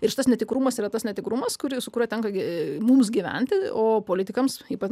ir tas netikrumas yra tas netikrumas kuris su kuriuo tenka gi mums gyventi o politikams ypač